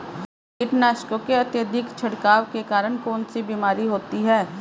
कीटनाशकों के अत्यधिक छिड़काव के कारण कौन सी बीमारी होती है?